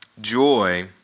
Joy